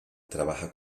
trabaja